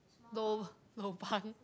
lo~ lobang